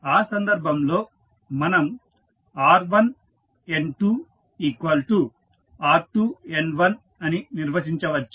ఆ సందర్భంలో మనం r1N2r2N1 అని నిర్వచించవచ్చు